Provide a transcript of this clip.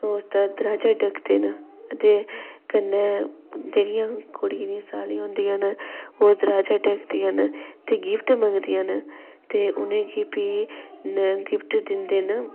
उसदा दरवाजा ढकदे न ते कन्नै जेह्ड़ियां कुड़ियेै दियां सालियां होदियां न ओह् दरवाजा ढकदियां न ते गिफ्ट मंगदियां न ते उ'नेंगी फ्ही गिफ्ट दिंदे न